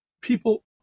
people